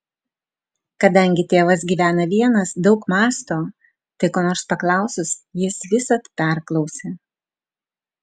kadangi tėvas gyvena vienas daug mąsto tai ko nors paklausus jis visad perklausia